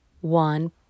one